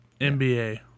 NBA